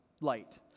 light